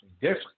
different